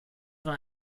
war